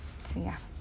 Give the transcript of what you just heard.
ya